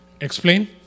Explain